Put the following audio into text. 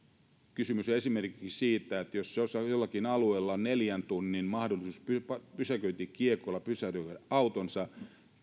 kysymys on esimerkiksi siitä että jos on neljän tunnin mahdollisuus pysäköintikiekolla pysäköidä autonsa